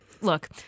Look